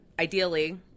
ideally